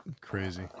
Crazy